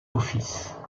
office